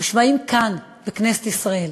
מושמעים כאן, בכנסת ישראל.